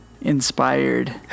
inspired